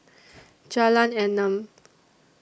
Jalan Enam